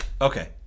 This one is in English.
Okay